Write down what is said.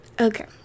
okay